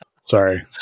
sorry